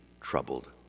troubled